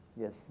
Yes